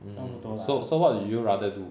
mm so so what would you rather do